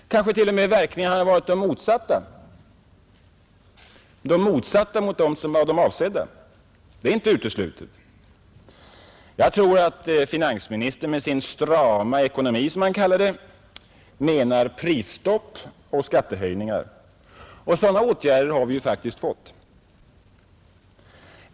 Kanske verkningarna t.o.m. har varit de motsatta mot de avsedda. Det är inte uteslutet. Jag tror att finansministern med sin strama ekonomi, som han kallar det, menar prisstopp och skattehöjningar, och sådana åtgärder har vi faktiskt fått.